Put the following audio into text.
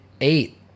eight